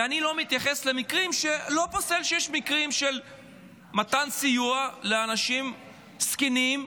ואני לא פוסל שיש מקרים של מתן סיוע לאנשים זקנים,